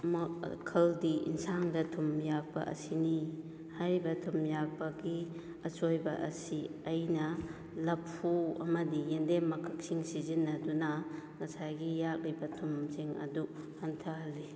ꯃꯈꯜꯗꯤ ꯌꯦꯟꯁꯥꯡꯗ ꯊꯨꯝ ꯌꯥꯛꯄ ꯑꯁꯤꯅꯤ ꯍꯥꯏꯔꯤꯕ ꯊꯨꯝ ꯌꯥꯛꯄꯒꯤ ꯑꯁꯣꯏꯕ ꯑꯁꯤ ꯑꯩꯅ ꯂꯐꯨ ꯑꯃꯗꯤ ꯌꯦꯟꯗꯦꯝ ꯃꯀꯛꯁꯤꯡ ꯁꯤꯖꯤꯟꯅꯗꯨꯅ ꯉꯁꯥꯏꯒꯤ ꯌꯥꯛꯂꯤꯕ ꯊꯨꯝꯁꯤꯡ ꯑꯗꯨ ꯍꯟꯊ ꯍꯜꯂꯤ